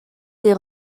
des